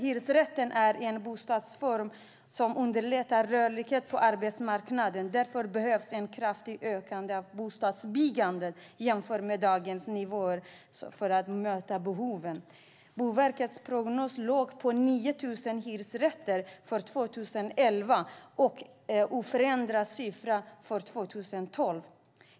Hyresrätten är en bostadsform som underlättar rörlighet på arbetsmarknaden. Därför behövs ett kraftigt ökat bostadsbyggande jämfört med dagens nivåer för att möta behoven. Boverkets prognos låg på 9 000 hyresrätter för år 2011, och siffran är oförändrad för 2012.